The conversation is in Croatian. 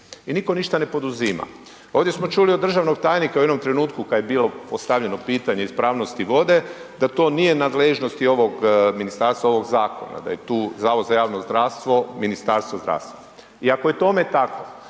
I nitko ništa ne poduzima. Ovdje smo čuli od državnog tajnika u jednom trenutku kad je bilo postavljano pitanje ispravnosti vode da to nije u nadležnosti ovog ministarstva, ovog zakona. Da je tu Zavod za javno zdravstvo, Ministarstvo zdravstva. I ako je tome tako,